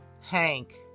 Hank